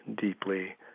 deeply